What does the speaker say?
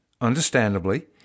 understandably